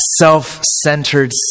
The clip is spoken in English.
self-centered